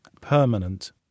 permanent